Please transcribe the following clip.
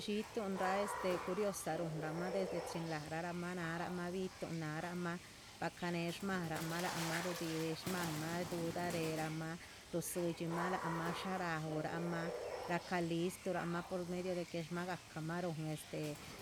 Shitunra'a este curiosa runrama'a desde chin raralama narama bitu'n narama va cané smarama lama rudi, sxmama rerama, rudxidxima lama, sha raurama raca listrurama, por medio de que shmagacama run